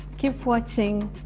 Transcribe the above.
keep watching.